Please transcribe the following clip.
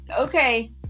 okay